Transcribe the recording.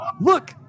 Look